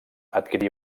adquirí